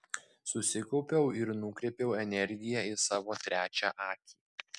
susikaupiau ir nukreipiau energiją į savo trečią akį